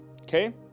Okay